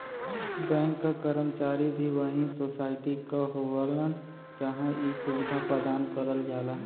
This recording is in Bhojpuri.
बैंक क कर्मचारी भी वही सोसाइटी क होलन जहां इ सुविधा प्रदान करल जाला